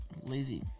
Lazy